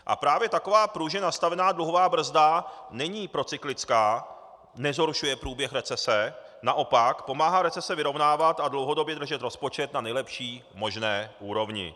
A právě taková pružně nastavená dluhová brzda není procyklická, nezhoršuje průběh recese, naopak pomáhá recese vyrovnávat a dlouhodobě držet rozpočet na nejlepší možné úrovni.